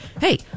hey